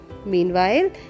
Meanwhile